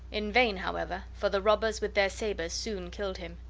in vain, however, for the robbers with their sabres soon killed him.